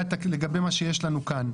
שיש לנו כאן.